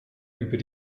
über